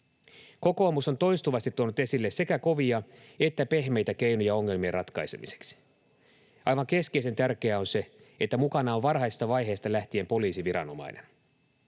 Kokoomus on toistuvasti tuonut esille sekä kovia että pehmeitä keinoja ongelmien ratkaisemiseksi. Aivan keskeisen tärkeää on se, että mukana on varhaisesta vaiheesta lähtien poliisiviranomainen.